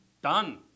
Done